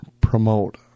promote